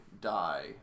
die